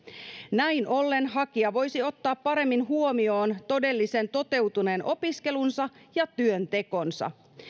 näin ollen hakija voisi ottaa paremmin huomioon todellisen toteutuneen opiskelunsa ja työntekonsa